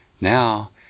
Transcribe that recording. now